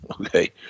Okay